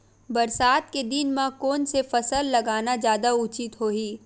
बरसात के दिन म कोन से फसल लगाना जादा उचित होही?